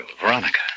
Veronica